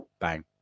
Bang